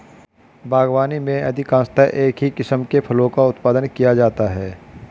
बागवानी में अधिकांशतः एक ही किस्म के फलों का उत्पादन किया जाता है